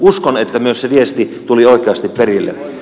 uskon että myös se viesti tuli oikeasti perille